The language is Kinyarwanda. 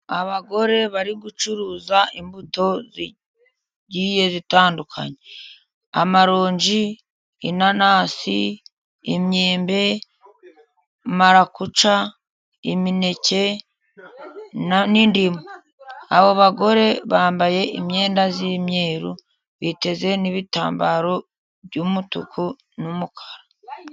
Abagore bari gucuruza imbuto zigiye zitandukanye. Amaronji, inanasi, imyembe, marakuca, imineke n'indimu. Abo bagore bambaye imyenda y'imyeru, biteze n'ibitambaro by'umutuku n'umukara.